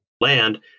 land